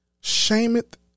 shameth